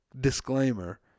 disclaimer